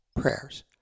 prayers